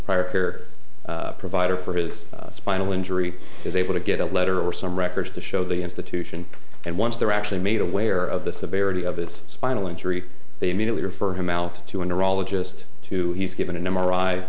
care provider for his spinal injury is able to get a letter or some records to show the institution and once they're actually made aware of the severity of his spinal injury they immediately refer him out to a neurologist to he's given an m